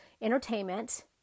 entertainment